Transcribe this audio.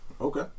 Okay